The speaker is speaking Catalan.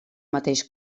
mateix